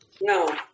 No